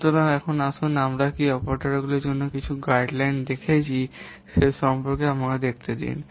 সুতরাং এখন আসুন আমরা কি অপারেটরদের জন্য কিছু গাইডলাইন দেখেছি সে সম্পর্কে আমাদের দেখতে দিন